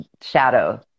shadow